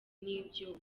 n’ibyuma